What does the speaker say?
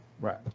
Right